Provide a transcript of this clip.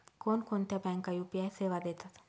कोणकोणत्या बँका यू.पी.आय सेवा देतात?